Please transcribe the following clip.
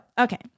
okay